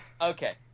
okay